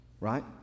right